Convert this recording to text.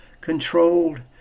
controlled